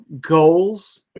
goals